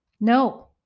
no